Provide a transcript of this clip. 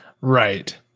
Right